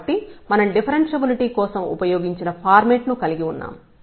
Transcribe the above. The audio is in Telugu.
కాబట్టి మనం డిఫరెన్షబులిటీ కోసం ఉపయోగించిన ఫార్మాట్ ను కలిగి ఉన్నాము